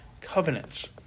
covenants